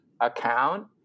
account